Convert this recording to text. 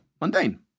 mundane